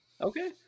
okay